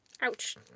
Ouch